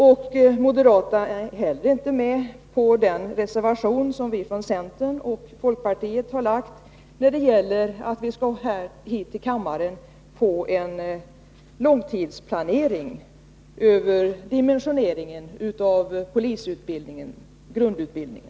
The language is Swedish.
Och moderaterna är inte med på den reservation som vi från centern och folkpartiet har avgivit om att vi här i kammaren skall få ta ställning till en långtidsplanering över dimensioneringen av grundutbildningen av poliser.